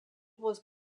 was